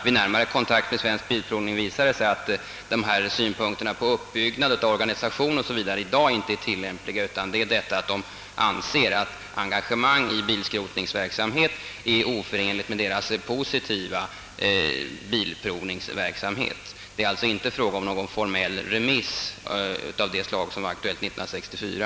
Vid närmare kontakter har meddelats mig att det i dag inte hänvisar till att organisationen är under uppbyggnad o.s.v. utan att det anser att engagemang i bilskrotningsverksamhet är oförenlig med dess positiva bilprovningsverksamhet. Det har inte varit fråga om någon formell remiss av det slag som var aktuell 1964.